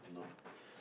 no